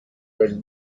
very